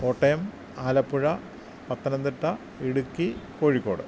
Kottayam Alappuzha Pathanamthitta Idukki Kozhikode